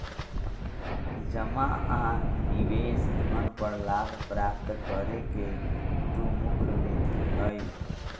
जमा आ निवेश धन पर लाभ प्राप्त करे के दु मुख्य विधि हइ